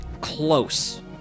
close